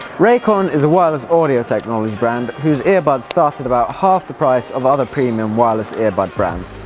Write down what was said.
raycon is a wireless audio technology brand whose earbuds start at about half the price of other premium wireless earbud brands